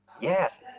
Yes